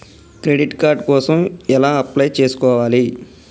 Credit card కోసం ఎలా apply చేసుకోవాలి?